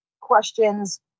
questions